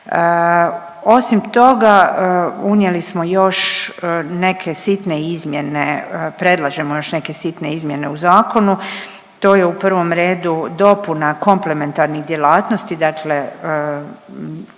Osim toga, unijeli smo još neke sitne izmjene, predlažemo još neke sitne izmjene u zakonu. To je u prvom redu dopuna komplementarnih djelatnosti, dakle